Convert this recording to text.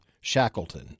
Shackleton